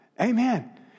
Amen